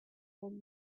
been